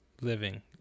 living